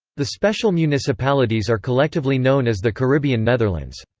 the special municipalities are collectively known as the caribbean netherlands.